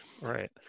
Right